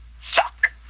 suck